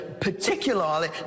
particularly